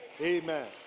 Amen